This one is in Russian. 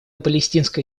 палестинская